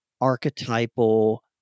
archetypal